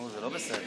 נו, זה לא בסדר.